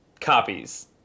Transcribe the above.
copies